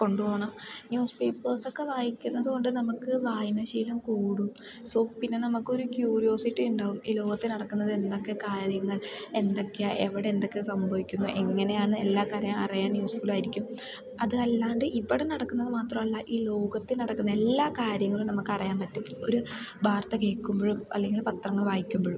കൊണ്ടു പോകണം ന്യൂസ് പേപ്പേഴ്സൊക്കെ വായിക്കുന്നത് കൊണ്ട് നമുക്ക് വായനശീലം കൂടും സോ പിന്നെ നമുക്കൊരു ക്യൂരിയോസിറ്റി ഉണ്ടാകും ഈ ലോകത്തിൽ നടക്കുന്നത് എന്തൊക്കെ കാര്യങ്ങൾ എന്തൊക്കെയാണ് എവിടെ എന്തൊക്കെ സംഭവിക്കുന്നു എങ്ങനെയാണെന്ന് എല്ലാ കാര്യം അറിയാൻ യൂസ്ഫള്ളായിരിക്കും അത് അല്ലാണ്ട് ഇവിടെ നടക്കുന്നതു മാത്രമല്ല ഈ ലോകത്തിൽ നടക്കുന്ന എല്ലാ കാര്യങ്ങളും നമുക്കറിയാൻ പറ്റും ഒരു വാർത്ത കേൾക്കുമ്പോഴും അല്ലെങ്കിൽ പത്രങ്ങൾ വായിക്കുമ്പോഴും